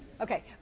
Okay